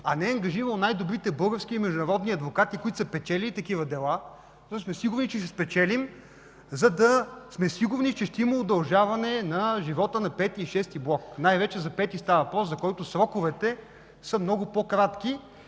а не е ангажирало най-добрите български и международни адвокати, които са печелили такива дела, за да сме сигурни, че ще спечелим, за да сме сигурни, че ще има удължаване на живота на V и VІ блок, най-вече за V блок става въпрос, за който сроковете са много по-кратки.